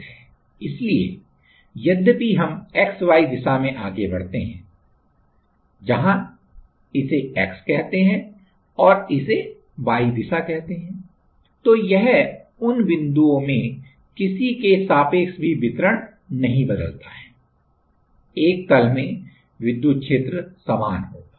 इसलिए यद्यपि हम x y दिशा में आगे बढ़ते हैं जहां इसे x कहते हैं और इसे y दिशा कहते हैं तो यह उन बिंदुओं में से किसी के सापेक्ष भी वितरण नहीं बदलता है एक तल में विद्युत क्षेत्र समान होगा